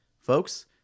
Folks